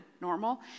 normal